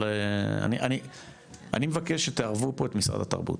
אני מבקש שתערבו פה את משרד התרבות,